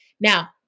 Now